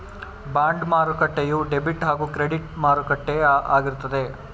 bond ಮಾರುಕಟ್ಟೆಯು debit ಹಾಗೂ credit ಮಾರುಕಟ್ಟೆಯು ಆಗಿರುತ್ತದೆ